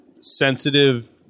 sensitive